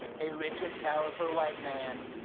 a rich and powerful white man,